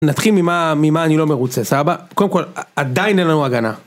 נתחיל ממה, ממה אני לא מרוצה, סבבה? קודם כל עדיין אין לנו הגנה.